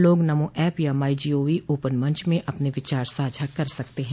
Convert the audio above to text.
लोग नमो ऐप या my G O V open मंच में अपने विचार साझा कर सकते हैं